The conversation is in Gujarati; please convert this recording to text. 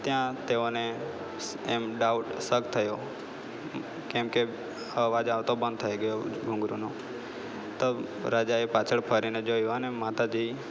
ત્યાં તેઓને એમ ડાઉટ શક થયો કેમકે અવાજ આવતો બંધ થઈ ગયો ઘુંઘરૂનો તબ રાજાએ પાછળ ફરીને જોયો અને માતાજી